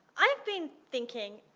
i've been thinking.